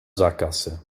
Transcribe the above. sackgasse